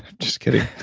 just kidding.